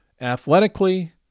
Athletically